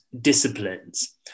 disciplines